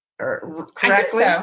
correctly